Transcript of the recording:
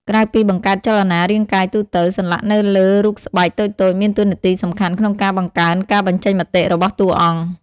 ក្រៅពីបង្កើតចលនារាងកាយទូទៅ សន្លាក់នៅលើរូបស្បែកតូចៗមានតួនាទីសំខាន់ក្នុងការបង្កើនការបញ្ចេញមតិរបស់តួអង្គ។